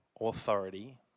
authority